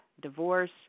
divorce